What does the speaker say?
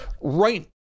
right